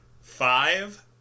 Five